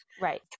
Right